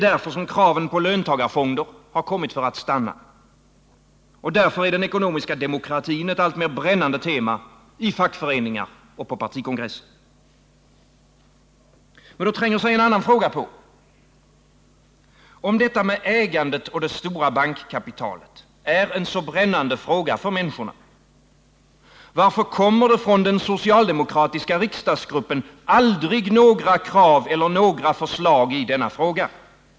Därför har kraven på löntagarfonder kommit för att stanna. Därför är den ekonomiska demokratin ett alltmer brännande tema i fackföreningar och på partikongresser. Men då tränger sig en annan fråga på. Om detta med ägandet och det stora bankkapitalet är en så brännande fråga för människorna — varför kommer det från den socialdemokratiska riksdagsgruppen aldrig några krav eller förslag i denna fråga?